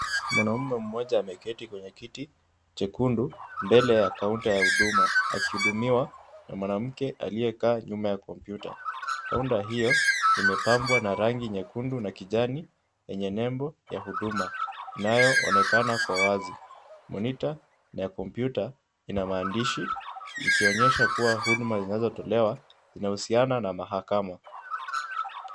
Mwanaume mmoja ameketi kwenye kiti chekundu mbele ya kaunta ya huduma akihudumiwa na mwanamke aliyekaa nyuma ya kompyuta. Kaunta hiyo imepambwa na rangi nyekundu na kijani yenye nembo ya Huduma inayoonekana kwa wazi. Moniter ya kompyuta ina maandishi ikionyesha kuwa huduma zinazotolewa zinahusiana na mahakama.